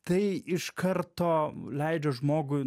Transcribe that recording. tai iš karto leidžia žmogui